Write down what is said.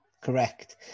Correct